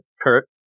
kurt